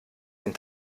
den